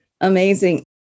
Amazing